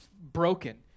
broken